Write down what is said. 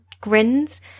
grins